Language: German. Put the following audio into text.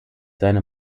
seine